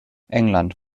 england